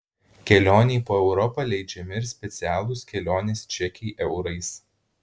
kelionei po europą leidžiami ir specialūs kelionės čekiai eurais